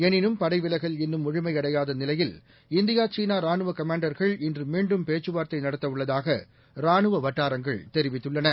எனினும் படைவிலகல்இன்னும்முழுமையடையாதநிலையில் இந்தியா சீனாராணுவகமாண்டர்கள் இன்றுமீண்டும்பேச்சுவார்த்தைநடத்த உள்ளதாக ராணுவவட்டாரங்கள்தெரிவித்துள்ளன